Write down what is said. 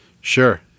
Sure